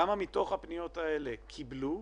כמה מתוך הפניות האלה קיבלו,